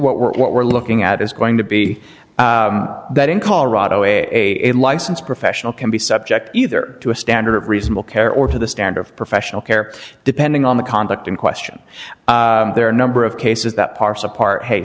what we're what we're looking at is going to be that in colorado a licensed professional can be subject either to a standard of reasonable care or to the standard professional care depending on the conduct in question there are a number of cases that parse a part